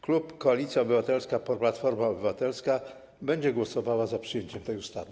Klub Koalicja Obywatelska - Platforma Obywatelska będzie głosował za przyjęciem tej ustawy.